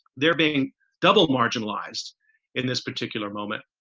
they're being double marginalized in this particular moment.